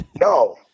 No